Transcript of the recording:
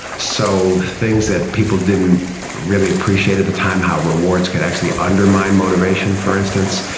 so things that people didn't really appreciate at the time, how rewards could actually undermine motivation, for instance,